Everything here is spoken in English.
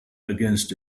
against